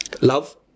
Love